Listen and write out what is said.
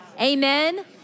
Amen